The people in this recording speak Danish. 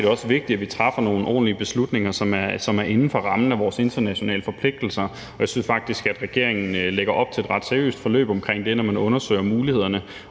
er det også vigtigt, at vi træffer nogle ordentlige beslutninger, som er inden for rammen af vores internationale forpligtelser, og jeg synes faktisk, at regeringen lægger op til et ret seriøst forløb omkring det, når man vil undersøge mulighederne